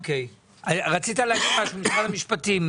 רצית להגיב, משרד המשפטים,